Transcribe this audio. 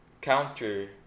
counter